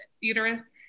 uterus